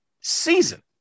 season